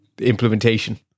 implementation